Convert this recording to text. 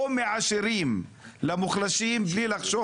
או מהעשירים למוחלשים,